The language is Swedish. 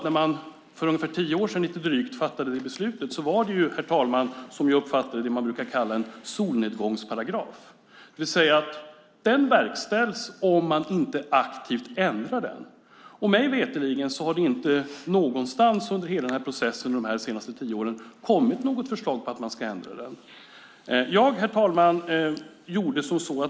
När man för lite drygt tio år sedan fattade beslutet var det, som jag uppfattar det, vad man brukar kalla en solnedgångsparagraf. Det innebär att den verkställs om man inte aktivt ändrar den. Mig veterligen har det inte någonstans under processen de senaste tio åren kommit något förslag om att paragrafen ska ändras.